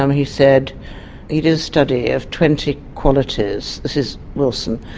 um he said he did study of twenty qualities, this is wilson,